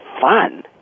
fun